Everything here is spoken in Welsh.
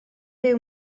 byw